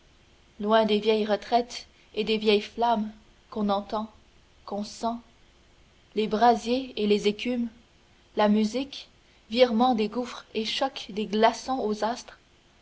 loin des vieilles retraites et des vieilles flammes qu'on entend qu'on sent les brasiers et les écumes la musique virement des gouffres et choc des glaçons aux astres